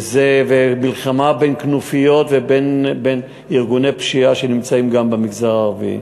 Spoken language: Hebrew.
וזו מלחמה בין כנופיות ובין ארגוני פשיעה שנמצאים גם במגזר הערבי.